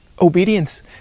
obedience